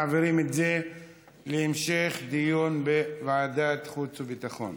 מעבירים את זה להמשך דיון בוועדת חוץ וביטחון.